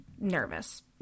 nervous